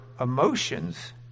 emotions